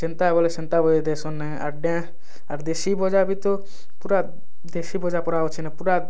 ଯେନ୍ତା ବୋଲେ ସେନ୍ତା ବନେଇ ଦେସନ୍ ଆର୍ ଆର୍ ଦେଶୀ ବଜାବି ତ ପୁରା ଦେଶୀ ବଜା ପୁରା ଅଛି ନେ ପୁରା